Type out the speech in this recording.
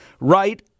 right